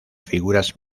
figuras